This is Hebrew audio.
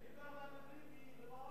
ליברמן וביבי וברק,